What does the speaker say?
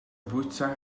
bwyta